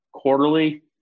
quarterly